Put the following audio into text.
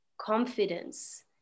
confidence